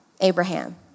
Abraham